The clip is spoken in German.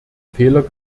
fehler